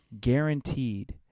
guaranteed